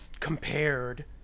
Compared